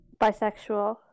Bisexual